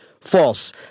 False